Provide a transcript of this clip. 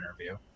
interview